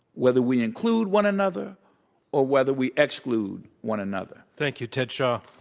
whether we include one another or whether we exclude one another. thank you. ted shaw.